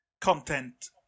content